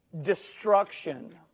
destruction